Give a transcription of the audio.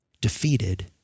defeated